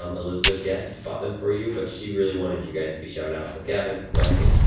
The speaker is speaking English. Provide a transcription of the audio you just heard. um elizabeth gets bought them for you, but she really wanted you guys to be shouted out. so gavin weston,